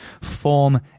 form